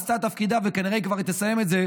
היא עשתה את תפקידה וכנראה היא כבר תסיים את זה,